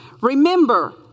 Remember